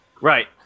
Right